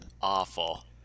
Awful